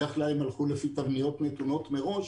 בדרך כלל הם הלכו לפי תבניות נתונות מראש,